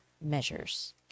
measures